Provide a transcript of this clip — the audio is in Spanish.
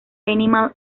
animal